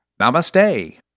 Namaste